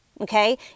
okay